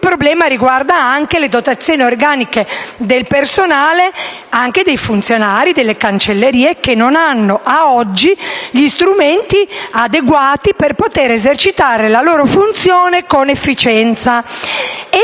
il problema riguarda anche le dotazioni organiche del personale e dei funzionari delle cancellerie che non hanno, ad oggi, gli strumenti adeguati per poter esercitare la loro funzione con efficienza.